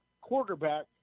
quarterback